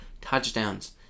touchdowns